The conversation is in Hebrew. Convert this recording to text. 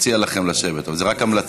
מציע לכם לשבת, אבל זו רק המלצה.